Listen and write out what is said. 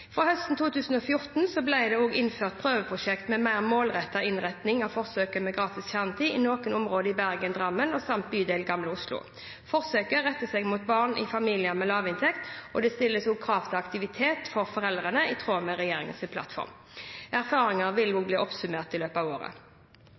Fra høsten 2014 ble det også innført prøveprosjekt med en mer målrettet innretning av forsøket med gratis kjernetid i noen områder i Bergen, Drammen samt bydel Gamle Oslo. Forsøket retter seg mot barn i familier med lav inntekt, og det stilles også krav til aktivitet for foreldrene, i tråd med regjeringens plattform. Erfaringene vil bli oppsummert i løpet av året.